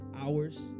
hours